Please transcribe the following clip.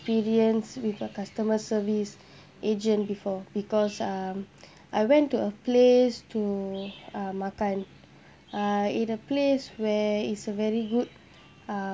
experience with a customer service agent before because um I went to a place to uh makan uh in a place where it's a very good uh